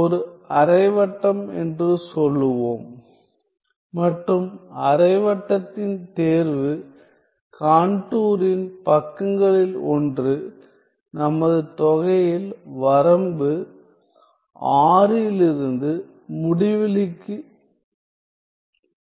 ஒரு அரை வட்டம் என்று சொல்லுவோம் மற்றும் அரை வட்டத்தின் தேர்வு கான்டூரின் பக்கங்களில் ஒன்று நமது தொகையில் வரம்பு R லிருந்து முடிவிலிச்